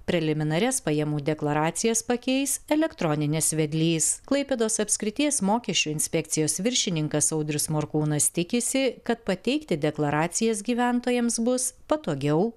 preliminarias pajamų deklaracijas pakeis elektroninis vedlys klaipėdos apskrities mokesčių inspekcijos viršininkas audrius morkūnas tikisi kad pateikti deklaracijas gyventojams bus patogiau